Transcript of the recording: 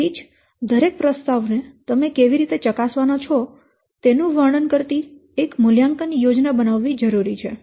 તેથી જ દરેક પ્રસ્તાવ ને તમે કેવી રીતે ચકાસવાના છો તેનું વર્ણન કરતી એક મૂલ્યાંકન યોજના બનાવવી જરૂરી છે